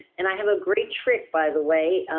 and i have a great trick by the way,